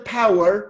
power